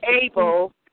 able